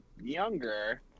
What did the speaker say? younger